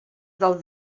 del